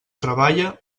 treballa